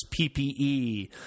PPE